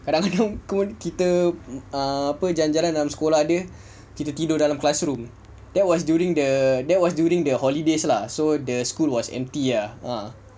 kadang-kadang pun kita ah apa jalan-jalan dalam sekolah dia kita tidur dalam classroom that was during the holidays lah so the school was empty ah